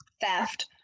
theft